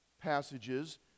passages